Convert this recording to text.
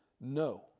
No